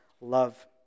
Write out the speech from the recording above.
love